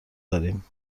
داریم